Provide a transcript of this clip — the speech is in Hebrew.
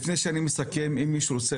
לפני שאני מסכם, מישהו רוצה